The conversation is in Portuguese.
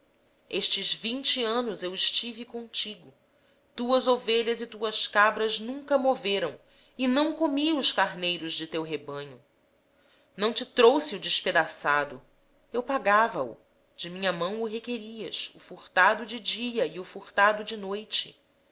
estes vinte anos estive eu contigo as tuas ovelhas e as tuas cabras nunca abortaram e não comi os carneiros do teu rebanho não te trouxe eu o despedaçado eu sofri o dano da minha mão requerias tanto o furtado de dia como o furtado de noite